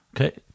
okay